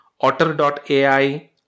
Otter.ai